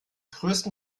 größten